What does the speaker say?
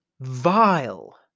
vile